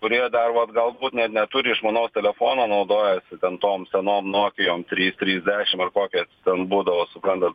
kurie dar vat gal net neturi išmanaus telefono naudojasi ten tom senom nokijom trys trys dešim ar kokia ten būdavo suprantat